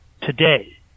today